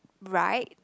right